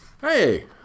Hey